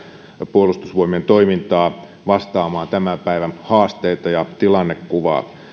puolustusvoimien toimintaa vastaamaan tämän päivän haasteita ja tilannekuvaa